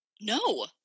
No